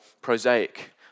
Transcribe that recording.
prosaic